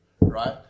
right